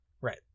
Right